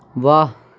واہ